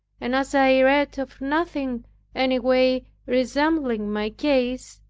and as i read of nothing any way resembling my case,